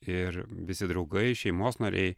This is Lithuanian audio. ir visi draugai šeimos nariai